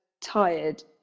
tired